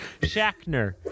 Shackner